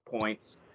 points